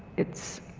it's,